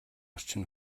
орчин